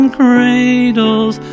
cradles